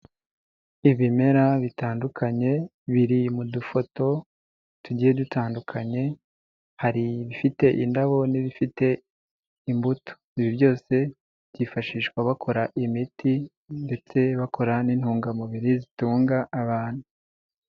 Ibimera bitandukanye biri mu dufoto tugiye dutandukanye hari ibifite indabo n'ibifite imbuto, ibi byose byifashishwa bakora imiti ndetse bakorana n'intungamubiri zitunga abantu.